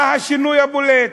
מה השינוי הבולט?